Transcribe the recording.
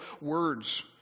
words